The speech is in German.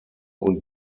und